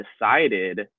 decided